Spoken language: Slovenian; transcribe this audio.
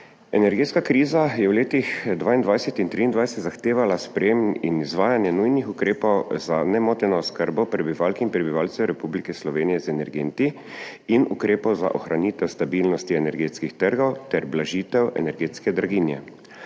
Energetska kriza je v letih 2022 in 2023 zahtevala sprejetje in izvajanje nujnih ukrepov za nemoteno oskrbo prebivalk in prebivalcev Republike Slovenije z energenti in ukrepov za ohranitev stabilnosti energetskih trgov ter blažitev energetske draginje.